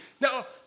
Now